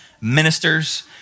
ministers